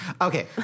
Okay